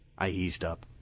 i eased up.